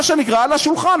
מה שנקרא על השולחן,